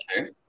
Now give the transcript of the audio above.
okay